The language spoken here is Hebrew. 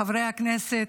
חברי הכנסת,